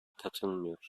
katılmıyor